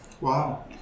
Wow